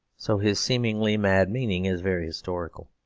so his seemingly mad meaning is very historical.